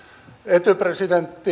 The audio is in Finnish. etyj presidentti